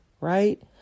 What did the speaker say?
right